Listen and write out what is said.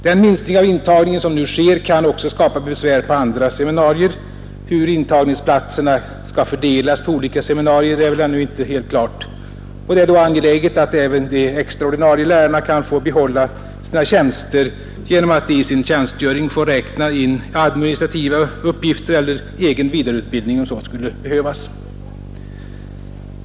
Den minskning av intagningen som nu sker kan också skapa besvär på andra seminarier — hur intagningsplatserna skall fördelas på olika seminarier är väl ännu inte helt klart — och det är då angeläget, att även de extra ordinarie lärarna kan få behålla sina tjänster genom att de i sin tjänstgöring får räkna in administrativa uppgifter eller egen vidareutbildning, om så skulle behövas.